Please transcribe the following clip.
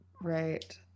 Right